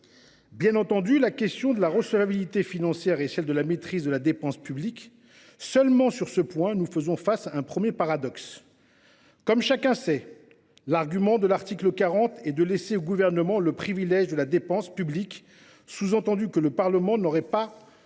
Bien entendu, la question de la recevabilité financière est celle de la maîtrise de la dépense publique. Cependant, sur ce point, nous faisons face à un premier paradoxe. Comme chacun sait, le fondement de l’article 40 est de laisser au Gouvernement le privilège de la dépense publique, ce qui sous entend que le Parlement n’aurait pas